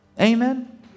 Amen